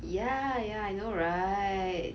ya ya I know right